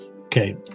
Okay